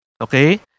okay